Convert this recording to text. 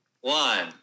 one